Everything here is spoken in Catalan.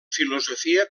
filosofia